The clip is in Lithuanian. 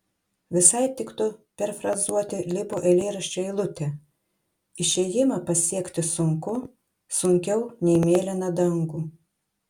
visai tiktų perfrazuoti libo eilėraščio eilutę išėjimą pasiekti sunku sunkiau nei mėlyną dangų